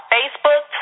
Facebook